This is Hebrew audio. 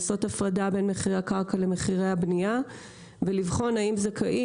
לעשות הפרדה בין מחירי הקרקע למחירי הבנייה ולבחון האם זכאים